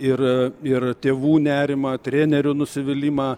ir ir tėvų nerimą trenerių nusivylimą